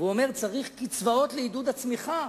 ואומר שצריך קצבאות לעידוד הצמיחה,